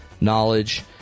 knowledge